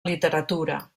literatura